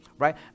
right